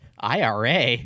IRA